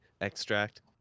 extract